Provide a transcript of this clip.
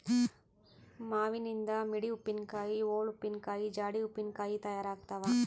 ಮಾವಿನನಿಂದ ಮಿಡಿ ಉಪ್ಪಿನಕಾಯಿ, ಓಳು ಉಪ್ಪಿನಕಾಯಿ, ಜಾಡಿ ಉಪ್ಪಿನಕಾಯಿ ತಯಾರಾಗ್ತಾವ